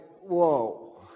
whoa